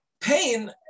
Pain